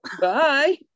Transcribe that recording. Bye